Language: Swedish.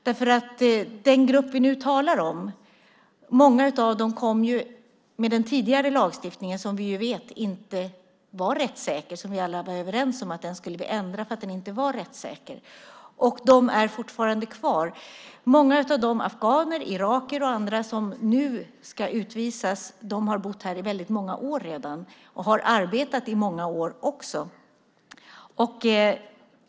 Många i den grupp som vi nu talar om kom när den tidigare lagstiftningen gällde, som vi vet inte var rättssäker. Vi var alla överens om att vi skulle ändra den för att den inte var rättssäker. De människorna är fortfarande kvar. Många av dem är afghaner, irakier och andra som nu ska utvisas. De har bott här redan i många år och har också arbetat i många år.